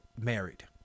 married